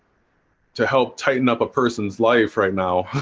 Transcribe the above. to help tighten up a person's life right now